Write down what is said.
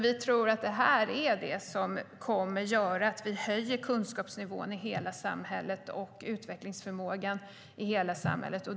Vi tror att det här kommer att höja kunskapsnivån och utvecklingsförmågan i hela samhället.